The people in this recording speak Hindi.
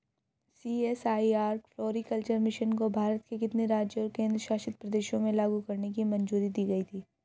सी.एस.आई.आर फ्लोरीकल्चर मिशन को भारत के कितने राज्यों और केंद्र शासित प्रदेशों में लागू करने की मंजूरी दी गई थी?